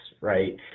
right